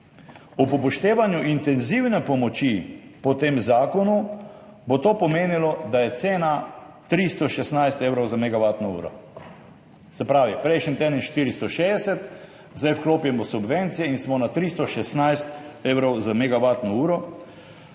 ob upoštevanju intenzivne pomoči po tem zakonu, bi to pomenilo, da je cena 316 evrov za megavatno uro. Se pravi, prejšnji teden 460, zdaj vklopimo subvencije in smo na 316 evrov za megavatno uro.